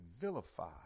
vilify